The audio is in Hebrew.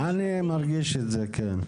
אני מרגיש את זה, כן.